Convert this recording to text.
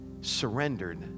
surrendered